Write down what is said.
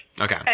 Okay